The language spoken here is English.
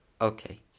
Okay